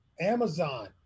amazon